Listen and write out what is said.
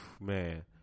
Man